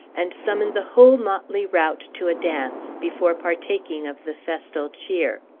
and summoned the whole motley rout to a dance, before partaking of the festal cheer.